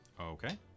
okay